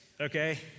Okay